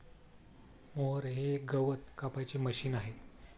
mower हे एक गवत कापायचे मशीन आहे